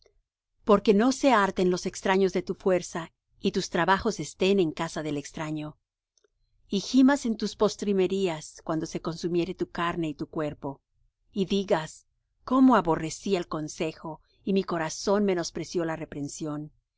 porque no se harten los extraños de tu fuerza y tus trabajos estén en casa del extraño y gimas en tus postrimerías cuando se consumiere tu carne y tu cuerpo y digas cómo aborrecí el consejo y mi corazón menospreció la reprensión